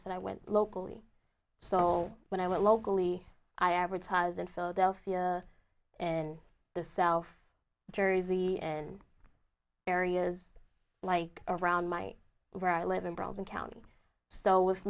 said i went locally so when i went locally i advertise in philadelphia and the self jersey and areas like around my where i live in broward county so with